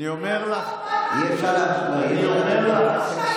אי-אפשר להמשיך,